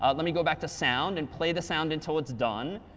ah let me go back to sound and play the sound until it's done.